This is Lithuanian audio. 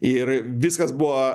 ir viskas buvo